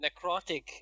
necrotic